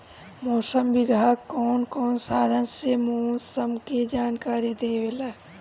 मौसम विभाग कौन कौने साधन से मोसम के जानकारी देवेला?